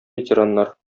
ветераннар